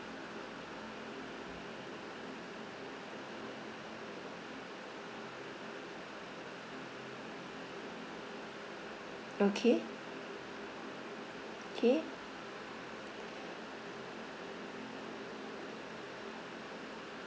okay K